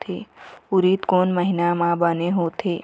उरीद कोन महीना म बने होथे?